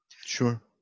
Sure